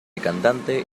cantante